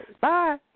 bye